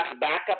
backup